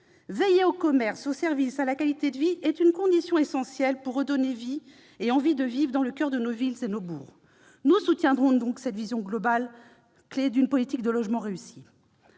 Veiller aux commerces, aux services et à la qualité de vie est une condition essentielle pour redonner envie de vivre dans le coeur de nos villes et de nos bourgs ! Nous soutiendrons donc cette vision globale, clé d'une politique du logement réussie.